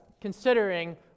considering